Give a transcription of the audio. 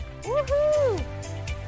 Woohoo